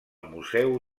museu